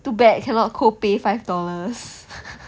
too bad cannot co pay five dollars